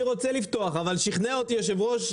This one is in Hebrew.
אני רוצה לפתוח, אבל שכנע אותי היושב-ראש.